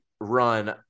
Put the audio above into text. run